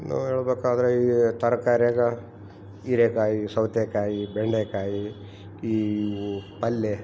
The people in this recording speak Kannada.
ಇನ್ನು ಹೆಳ್ಬೇಕಾದರೆ ತರ್ಕಾರಿಯಾಗ ಹೀರೆಕಾಯಿ ಸೌತೆಕಾಯಿ ಬೆಂಡೆಕಾಯಿ ಈ ಪಲ್ಲೆ